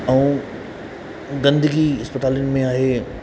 ऐं गंदगी इस्पतालियुनि में आहे